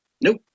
nope